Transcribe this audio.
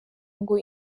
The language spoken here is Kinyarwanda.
ngo